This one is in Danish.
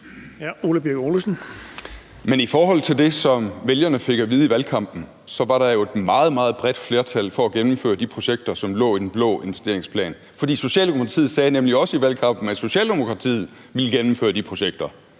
i forhold til det, som vælgerne fik at vide i valgkampen, var der jo et meget, meget bredt flertal for at gennemføre de projekter, som lå i den blå investeringsplan. For Socialdemokratiet sagde nemlig også i valgkampen, at Socialdemokratiet ville gennemføre de projekter.